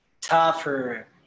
tougher